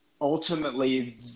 ultimately